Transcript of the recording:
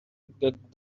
that